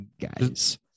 guys